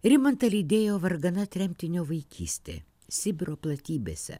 rimantą lydėjo vargana tremtinio vaikystė sibiro platybėse